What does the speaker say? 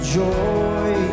joy